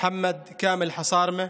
מוחמד כאמל חסארמה,